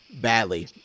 Badly